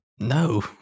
No